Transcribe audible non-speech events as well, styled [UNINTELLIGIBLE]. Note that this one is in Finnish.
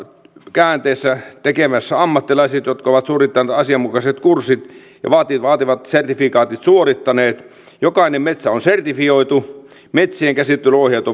käänteissä tekemässä ammattilaiset jotka ovat suorittaneet asianmukaiset kurssit ja vaativat sertifikaatit jokainen metsä on sertifioitu metsienkäsittelyohjeet [UNINTELLIGIBLE]